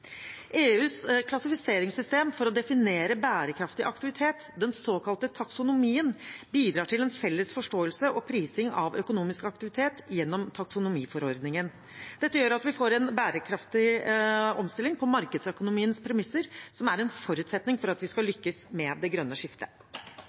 EUs klassifiseringssystem for å definere bærekraftig aktivitet, den såkalte taksonomien, bidrar til en felles forståelse og prising av økonomisk aktivitet gjennom taksonomiforordningen. Dette gjør at vi får en bærekraftig omstilling på markedsøkonomiens premisser – som er en forutsetning for at vi skal